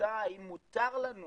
התלבטה האם מותר לנו